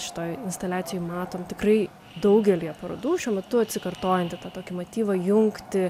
šitoj instaliacijoj matom tikrai daugelyje parodų šiuo metu atsikartojantį tą tokį motyvą jungti